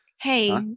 Hey